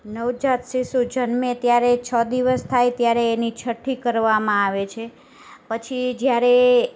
નવજાત શિશુ જન્મે ત્યારે છ દિવસ થાય ત્યારે એની છઠ્ઠી કરવામાં આવે છે પછી જ્યારે